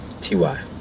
T-Y